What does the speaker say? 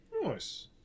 Nice